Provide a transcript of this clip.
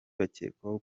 bakekwaho